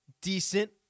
decent